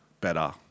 better